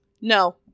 no